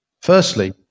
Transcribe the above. firstly